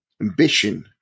ambition